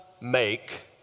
make